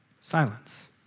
silence